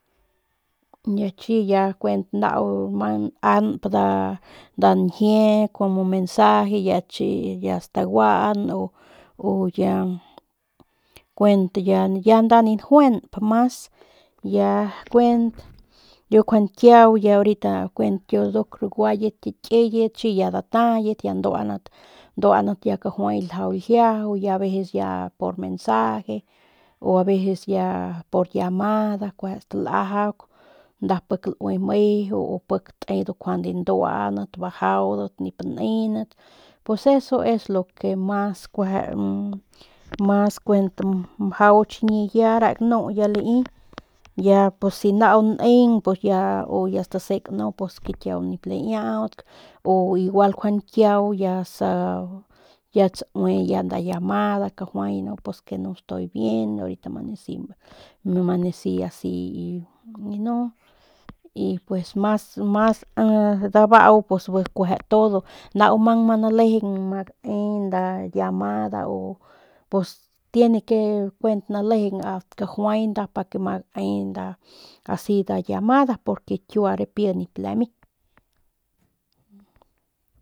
Nayiajaun chi ya kuent nau mang nanp nda nda njie o nda mensaje chi ya staguaan u ya kuent ya nda ni njuenp mas ya kuent ru njuande kiau ya ahorita kuent ya nduk raguayat kiyat chi ya datayat ya nduaanat nduaanat ya kajuay ljajau ljiajau ya a veces ya por mensaje o a veces ya por llamada ya kueje stauajaunbat pik laup meju u pik te ndu nkjuande nduaanat bajaudat nip nenat pues eso es lo que mas kueje mas mjau kuent chiñi ya dere ganu ya lai ya pus si ya nau neng ya statsjek no pues que kiau nip laiaautk o igual njuande kiau ya tsaui nda llamada kajuay no pues que no estoy bien orita manesi mal manesi asi y no y pues mas mas dabau pus bi kueje todo nau mang ma nalejeng ma gae nda llamada o pos tiene que kuent nda lai kueje lai pues asi llamada porque kiua ripi nip lami.